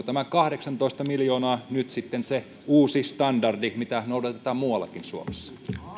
tämä kahdeksantoista miljoonaa nyt sitten se uusi standardi jota noudatetaan muuallakin suomessa